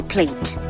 plate